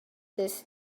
this